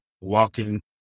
walking